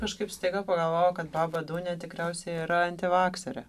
kažkaip staiga pagalvojau kad baba dunija tikriausiai yra antivakserė